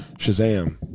Shazam